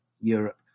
Europe